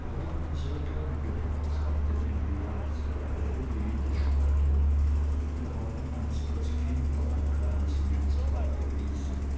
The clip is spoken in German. ich habe ihn sehr gern gehabt sagte ännie leise aber ohne jedes stocken wir waren einst als kinder ein kleines liebespaar gewesen